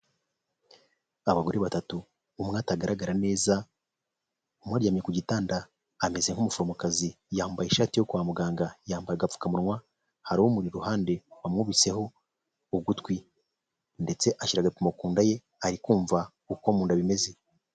Abagore batatu umwe atagaragara neza, umwe aryamye ku gitanda ameze nk'umuforomokazi, yambaye ishati yo kwa muganga, yambara agapfukamunwa, hari umuri iruhande wamwubitseho ugutwi ndetse ashyira agapimo ku nda ye, ari kumva uko munda bimeze.